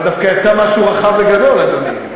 אבל דווקא יצא משהו רחב וגדול, אדוני.